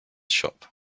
shop